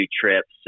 trips